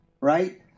right